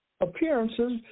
appearances